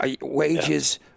wages